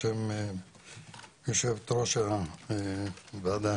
בשם יושבת ראש הוועדה,